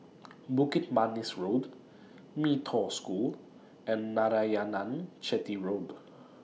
Bukit Manis Road Mee Toh School and Narayanan Chetty Road